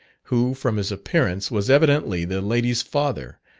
who from his appearance was evidently the lady's father,